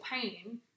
pain